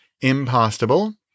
Impossible